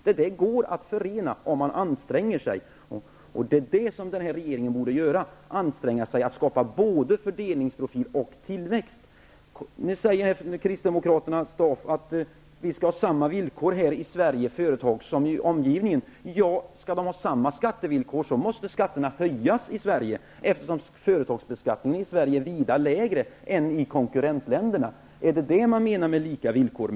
Detta går att förena, om man anstränger sig, och det borde regeringen göra. Den borde anstränga sig både för att skaffa sig en fördelningsprofil och för att skapa tillväxt. Nu säger kristdemokraten Staaf att företagen i Sverige skall ha samma villkor som företag i omgivningen. Ja, skall de ha samma skattevillkor, måste skatterna höjas i Sverige, eftersom företagsbeskattningen i Sverige är vida lägre än i konkurrentländerna. Men i det avseendet vill man inte skapa lika villkor.